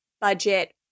budget